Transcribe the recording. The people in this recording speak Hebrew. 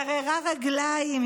שגררה רגליים,